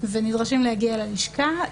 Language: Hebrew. ונדרשים להגיע ללשכה.